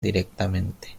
directamente